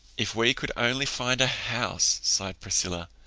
if we could only find a house! sighed priscilla.